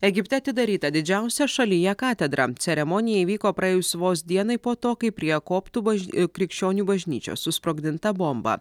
egipte atidaryta didžiausia šalyje katedra ceremonija įvyko praėjus vos dienai po to kai prie koptų baž krikščionių bažnyčios susprogdinta bomba